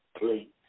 Please